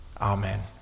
Amen